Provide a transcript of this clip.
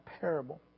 parable